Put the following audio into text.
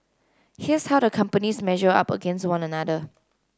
here's how the companies measure up against one another